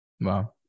wow